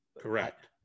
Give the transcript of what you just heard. Correct